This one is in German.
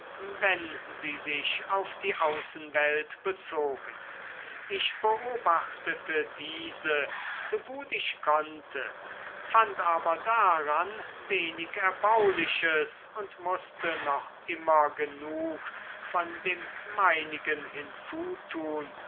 wenn sie sich auf die außenwelt bezogen ich beobachtete diese so gut ich konnte fand aber daran wenig erbauliches und mußte noch immer genug von dem meinigen hinzutun